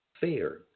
fair